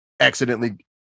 accidentally